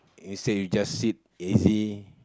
instead you just sit easy